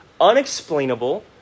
Unexplainable